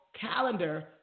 calendar